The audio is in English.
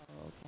Okay